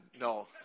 No